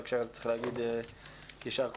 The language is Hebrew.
בהקשר הזה צריך להגיד יישר כוח.